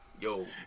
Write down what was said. Yo